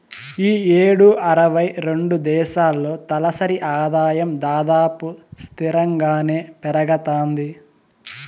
ఈ యేడు అరవై రెండు దేశాల్లో తలసరి ఆదాయం దాదాపు స్తిరంగానే పెరగతాంది